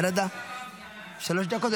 שלוש דקות.